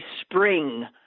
spring